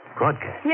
Broadcast